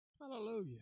Hallelujah